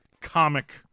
comic